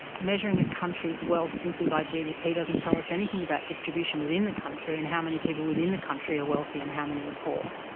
measuring a country's wealth simply by gdp doesn't tell us anything about distribution within the country, and how many people within the country are wealthy and how many are poor.